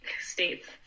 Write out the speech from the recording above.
states